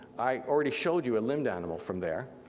i already showed you a limbed animal form there.